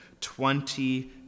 Twenty-